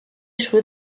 szły